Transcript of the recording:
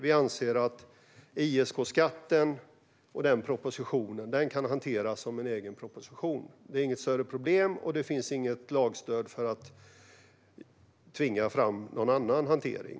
Vi anser att propositionen om ISK-skatten kan hanteras som en egen proposition. Det är inget större problem, och det finns inget lagstöd för att tvinga fram någon annan hantering.